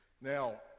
Now